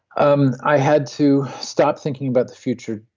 um i had to stop thinking about the future.